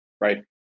right